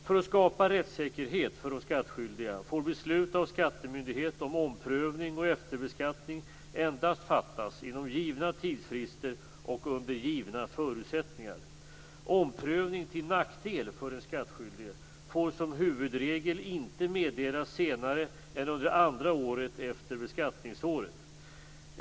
För att skapa rättssäkerhet för de skattskyldiga får beslut av skattemyndighet om omprövning och efterbeskattning endast fattas inom givna tidsfrister och under givna förutsättningar. Omprövning till nackdel för den skattskyldige får som huvudregel inte meddelas senare än under andra året efter beskattningsåret.